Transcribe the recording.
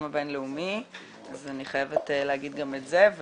הבין-לאומי אז אני חייבת להגיד גם את זה.